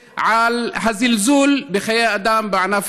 רק הבוקר הייתה תאונה בענף